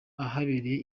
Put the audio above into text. ahabereye